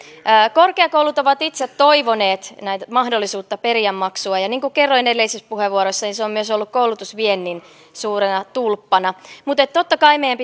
korkeakoulut ovat itse toivoneet mahdollisuutta periä maksua ja niin kuin kerroin edellisessä puheenvuorossani se on myös ollut koulutusviennin suurena tulppana mutta totta kai meidän